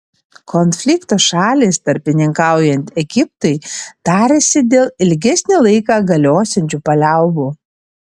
konflikto šalys tarpininkaujant egiptui tariasi dėl ilgesnį laiką galiosiančių paliaubų